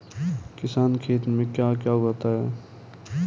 किसान खेत में क्या क्या उगाता है?